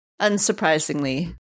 Unsurprisingly